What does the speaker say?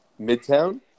Midtown